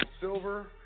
silver